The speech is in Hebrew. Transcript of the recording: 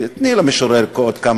תני למשורר עוד,